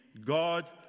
God